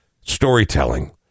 storytelling